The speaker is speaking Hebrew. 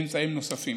ואמצעים נוספים.